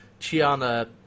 Chiana